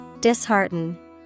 Dishearten